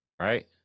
right